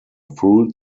fruit